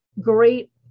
great